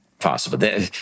possible